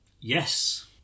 Yes